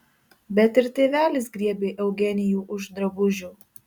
bet ir tėvelis griebė eugenijų už drabužių